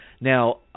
Now